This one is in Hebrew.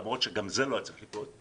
למרות שגם זה לא היה צריך לקרות,